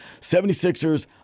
76ers